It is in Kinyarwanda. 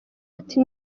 ati